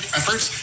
efforts